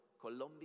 Colombia